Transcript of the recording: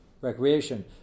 recreation